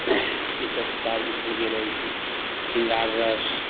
ईसभ किताब लिखल गेल अछि श्रृंगार रस